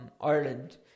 Ireland